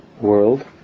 world